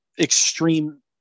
extreme